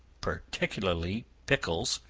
particularly pickles,